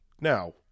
now